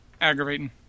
aggravating